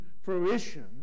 fruition